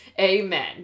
Amen